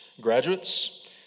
Graduates